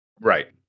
Right